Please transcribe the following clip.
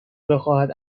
بخواهد